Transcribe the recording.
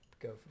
go